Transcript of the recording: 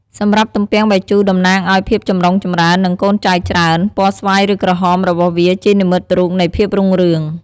សម្រាប់ទំពាំងបាយជូរតំណាងឱ្យភាពចម្រុងចម្រើន និងកូនចៅច្រើន ពណ៌ស្វាយ ឬក្រហមរបស់វាជានិមិត្តរូបនៃភាពរុងរឿង។